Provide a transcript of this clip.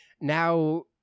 now